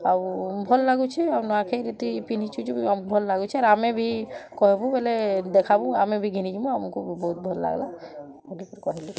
ଆଉ ଭଲ୍ ଲାଗୁଛି ଆଉ ନୂଆଁଖାଇରେ ତୁଇ ପିନ୍ଧିଛୁ ଯେ ଭଲ୍ ଲାଗୁଛେ ଆର୍ ଆମେ ବି କହେବୁ ବେଲେ ଦେଖାବୁ ଆମେ ବି ଘିନିଯିବୁ ଆମକୁ ବହୁତ୍ ଭଲ୍ ଲାଗଲା ବୋଲିକରି କହିଲେ